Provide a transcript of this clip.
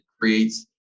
creates